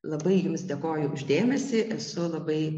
labai jums dėkoju už dėmesį esu labai